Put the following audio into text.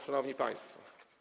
Szanowni Państwo!